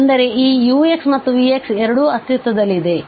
ಅಂದರೆ ಈ ux ಮತ್ತು vx ಎರಡೂ ಅಸ್ತಿತ್ವದಲ್ಲಿದೆ